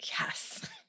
Yes